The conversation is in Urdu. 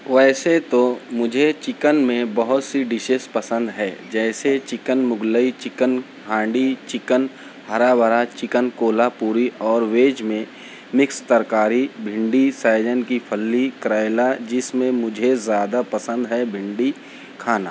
ویسے تو مجھے چکن میں بہت سی ڈشز پسند ہے جیسے chicken Mughlai chicken handi chicken ہرا بھرا چکن کولا پوری اور ویج میں مکس ترکاری بھنڈی سیجن کی پھلی کریلا جس میں مجھے زیادہ پسند ہے بھنڈی کھانا